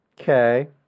okay